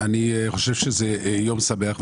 אני חושב שזה יום שמח.